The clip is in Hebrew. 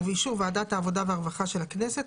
ובאישור ועדת העבודה והרווחה של הכנסת,